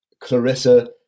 Clarissa